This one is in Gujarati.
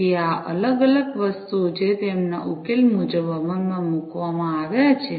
તેથી આ અલગ અલગ વસ્તુઓ છે જે તેમના ઉકેલ મુજબ અમલમાં મૂકવામાં આવે છે